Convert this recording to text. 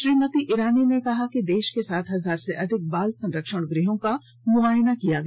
श्रीमती ईरानी ने कहा कि देश के सात हजार से अधिक बाल संरक्षण गृहों का मुआयना किया गया